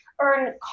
earn